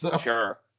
Sure